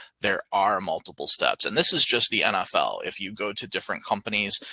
there are multiple steps. and this is just the nfl. if you go to different companies,